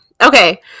Okay